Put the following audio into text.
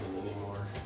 anymore